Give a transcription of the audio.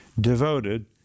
devoted